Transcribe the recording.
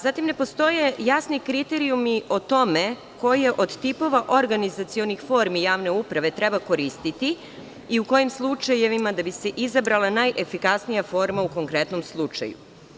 Zatim, ne postoje jasni kriterijumi o tome koji od tipova organizacionih formi javne uprave treba koristiti i u kojim slučajevima da bi se izabrala najefikasnija forma u konkretnom slučaju.